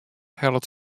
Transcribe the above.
hellet